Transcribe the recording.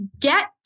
get